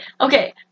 Okay